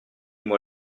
moi